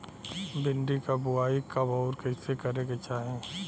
भिंडी क बुआई कब अउर कइसे करे के चाही?